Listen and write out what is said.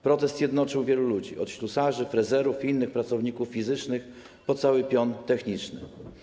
Protest jednoczył wielu ludzi: od ślusarzy, frezerów i innych pracowników fizycznych po cały pion techniczny.